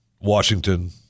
Washington